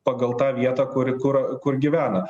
pagal tą vietą kur kur kur gyvena